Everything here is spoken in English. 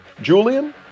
Julian